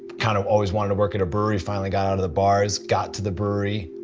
kind of always wanted to work at a brewery, finally got out of the bars. got to the brewery,